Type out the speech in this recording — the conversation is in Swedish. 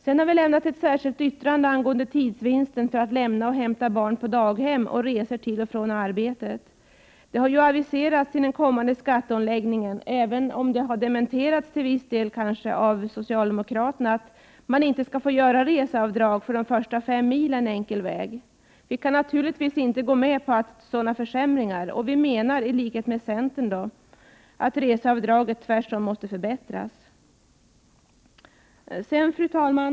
Vi har vidare avgivit ett särskilt yttrande angående tidsvinst för att lämna och hämta barn på daghem och resor till och från arbetet. Det har aviserats i den kommande skatteomläggningen, även om det till viss del dementeras av socialdemokraterna, att man inte skall få göra några reseavdrag för de första fem milen enkel väg. Vi kan naturligtvis inte gå med på sådana försämringar och menar i likhet med centern att reseavdraget tvärtom måste förbättras. Fru talman!